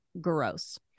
Gross